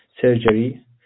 surgery